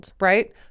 right